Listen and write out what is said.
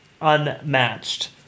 unmatched